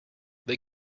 they